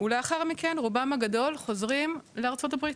ולאחר מכן רובם הגדול חוזרים לארצות הברית,